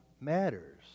matters